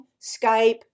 Skype